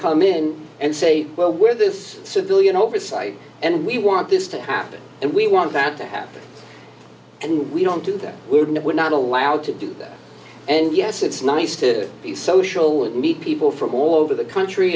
come in and say well we're this civilian oversight and we want this to happen and we want that to happen and we don't do that we're no we're not allowed to do that and yes it's nice to be social and meet people from all over the country